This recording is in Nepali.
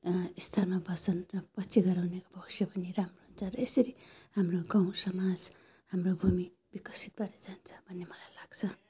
स्तरमा बस्छन् र पछि गएर उनीहरूको भविष्य पनि राम्रो हुन्छ र यसरी हाम्रो गाउँ समाज हाम्रो भूमि विकसित भएर जान्छ भन्ने मलाई लाग्छ